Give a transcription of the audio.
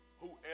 Whoever